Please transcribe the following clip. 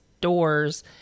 doors